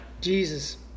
Jesus